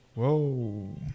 whoa